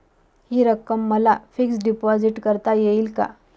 हि रक्कम मला फिक्स डिपॉझिट करता येईल का?